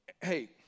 hey